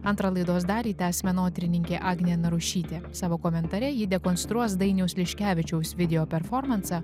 antrą laidos dalį tęs menotyrininkė agnė narušytė savo komentare ji dekonstruos dainiaus liškevičiaus video performansą